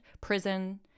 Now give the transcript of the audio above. prison